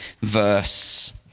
verse